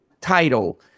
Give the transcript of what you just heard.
title